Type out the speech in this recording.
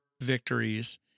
victories